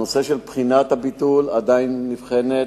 הנושא של הביטול עדיין נבחן,